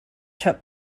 took